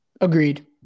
agreed